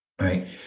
right